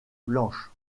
blanches